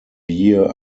year